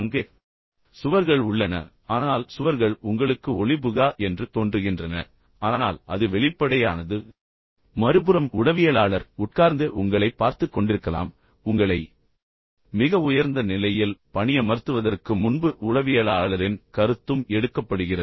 அங்கே சுவர்கள் உள்ளன ஆனால் சுவர்கள் உங்களுக்கு ஒளிபுகா என்று தோன்றுகின்றன ஆனால் அது வெளிப்படையானது பின்னர் மறுபுறம் உளவியலாளர் உட்கார்ந்து உங்களைப் பார்த்துக் கொண்டிருக்கலாம் பின்னர் உங்களை மிக உயர்ந்த நிலையில் பணியமர்த்துவதற்கு முன்பு உளவியலாளரின் கருத்தும் எடுக்கப்படுகிறது